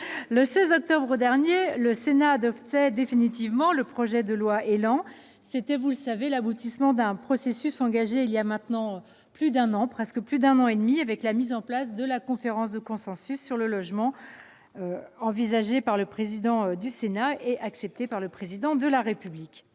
le 16 octobre dernier, le Sénat adoptait définitivement le projet de loi ÉLAN. C'était l'aboutissement d'un processus engagé il y a maintenant plus d'un an avec la mise en place de la conférence de consensus sur le logement, souhaitée par le Président du Sénat et acceptée par le Président de la République.